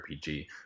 RPG